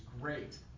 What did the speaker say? great